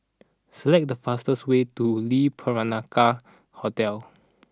select the fastest way to Lee Peranakan Hotel